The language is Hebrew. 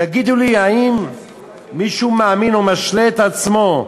תגידו לי, האם מישהו מאמין או משלה את עצמו,